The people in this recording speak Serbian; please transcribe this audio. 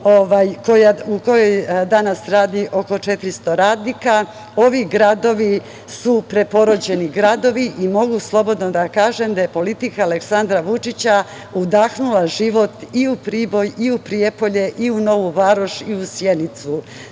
u kojoj danas radi oko 400 radnika, i ovi gradovi su preporođeni gradovi i mogu slobodno da kažem da je politika Aleksandra Vučića udahnula život i u Priboj i u Prijepolje i u Novu Varoš i u Sjenicu. Sve